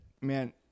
man